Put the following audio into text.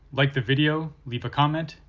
like the video, leave a comment,